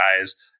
guys